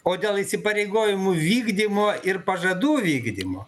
o dėl įsipareigojimų vykdymo ir pažadų vykdymo